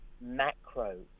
macro